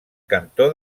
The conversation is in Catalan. cantó